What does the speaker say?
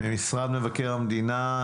ממשרד מבקר המדינה,